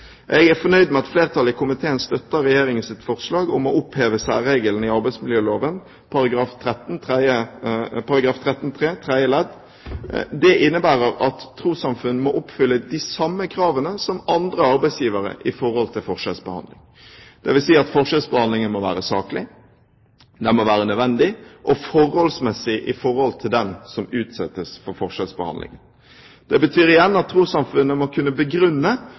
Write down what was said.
Jeg er fornøyd med at flertallet i komiteen støtter Regjeringens forslag om å oppheve særregelen i arbeidsmiljøloven § 13-3 tredje ledd. Det innebærer at trossamfunn må oppfylle de samme kravene som andre arbeidsgivere i forhold til forskjellsbehandling. Det vil si at forskjellsbehandlingen må være saklig. Den må være nødvendig og forholdsmessig i forhold til den som utsettes for forskjellsbehandlingen. Dette betyr igjen at trossamfunnene må kunne begrunne